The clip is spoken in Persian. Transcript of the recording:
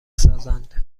سازند